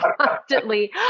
constantly